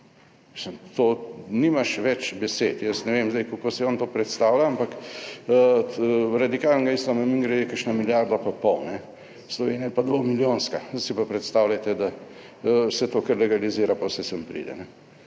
to nimaš več besed. Jaz ne vem zdaj kako si on to predstavlja, ampak radikalnega islama je, mimogrede kakšna milijarda pa pol, Slovenija je pa dvo milijonska, zdaj si pa predstavljajte, da se to kar legalizira pa vse sem pride.